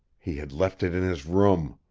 he had left it in his room.